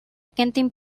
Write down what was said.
quentin